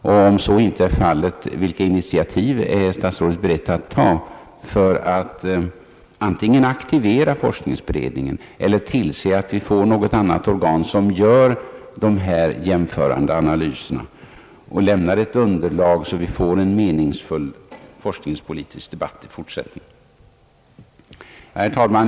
Om så inte är fallet, vilka initiativ är statsrådet beredd att ta för att antingen aktivera forskningsberedningen eller tillse att vi får något annat organ, som gör dessa jämförande analyser och lämnar underlag för en meningsfull forskningspolitisk debatt i fortsättningen? Herr talman!